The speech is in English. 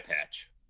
patch